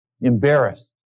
embarrassed